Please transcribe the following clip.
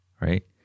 right